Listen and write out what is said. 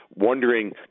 Wondering